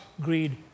greed